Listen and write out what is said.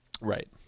Right